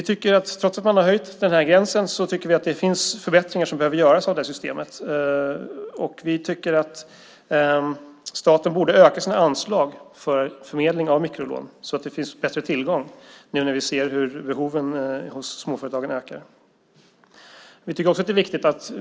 Trots att man har höjt gränsen tycker vi att det finns förbättringar som behöver göras i systemet. Vi tycker att staten borde öka sina anslag för förmedling av mikrolån, så att det finns bättre tillgång när vi nu ser hur behoven hos småföretagen ökar.